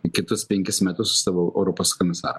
kitus penkis metus už savo europos komisarą